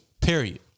Period